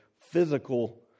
physical